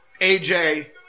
AJ